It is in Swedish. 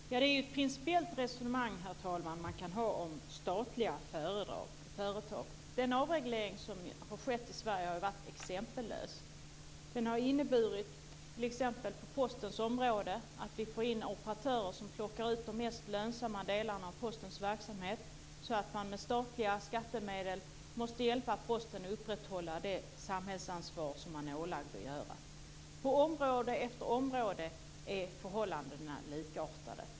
Herr talman! Det är ett principiellt resonemang man kan ha om statliga företag. Den avreglering som har skett i Sverige har varit exempellös. Den har inneburit, på t.ex. Postens område, att vi har fått in operatörer som plockar ut de mest lönsamma delarna av Postens verksamhet så att man med statliga skattemedel måste hjälpa Posten att upprätthålla det samhällsansvar Posten är ålagd. På område efter område är förhållandena likartade.